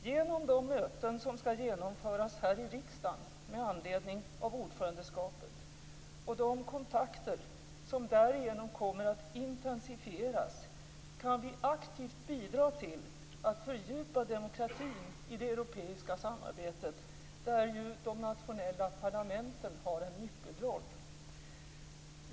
Genom de möten som ska genomföras här i riksdagen med anledning av ordförandeskapet och de kontakter som därigenom kommer att intensifieras kan vi aktivt bidra till att fördjupa demokratin i det europeiska samarbetet, där ju de nationella parlamenten har en nyckelroll.